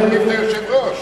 לפני היושב-ראש,